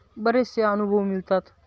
बरेचसे अनुभव मिळतात